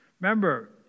remember